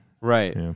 Right